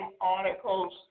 articles